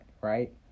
right